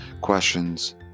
questions